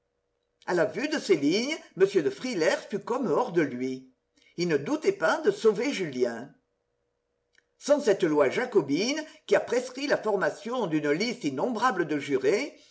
a la vue de ces lignes m de frilair fut comme hors de lui il ne doutait pas de sauver julien sans cette loi jacobine qui a prescrit la formation d'une liste innombrable de jurés